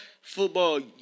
Football